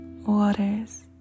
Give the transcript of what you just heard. Waters